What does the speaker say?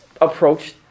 approach